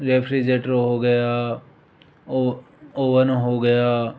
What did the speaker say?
refrigerator हो गया oven हो गया